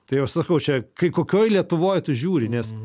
tai aš sakau čia kai kokioj lietuvoj tu žiūri nes